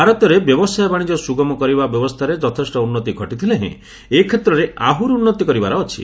ଭାରତରେ ବ୍ୟବସାୟ ବାଣିଜ୍ୟ ସୁଗମ କରିବା ବ୍ୟବସ୍ଥାରେ ଯଥେଷ୍ଟ ଉନ୍ନତି ଘଟିଥିଲେ ହେଁ ଏ କ୍ଷେତ୍ରରେ ଆହୁରି ଉନ୍ନତି କରିବାର ଅଛି